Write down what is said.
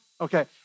Okay